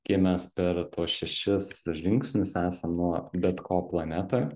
kie mes per tuos šešis žingsnius esam nuo bet ko planetoj